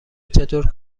چطور